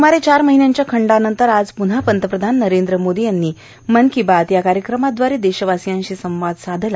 स्मारे चार महिन्यांच्या खंडानंतर आज प्न्हा पंतप्रधान नरेंद्र मोदी यांनी मन की बातया कार्यक्रमादवारे देशवासीयांशी संवाद साधला